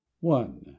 one